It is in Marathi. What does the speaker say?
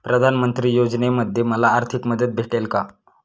प्रधानमंत्री योजनेमध्ये मला आर्थिक मदत भेटेल का?